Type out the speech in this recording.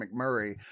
McMurray